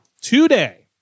today